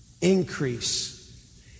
increase